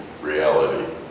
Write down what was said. reality